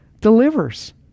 delivers